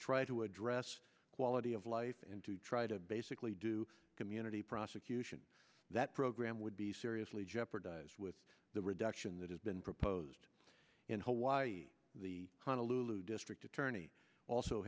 try to address quality of life and to try to basically do community prosecution that program would be seriously jeopardize with the reduction that has been proposed in hawaii the kind of lulu district attorney also